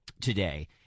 Today